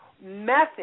method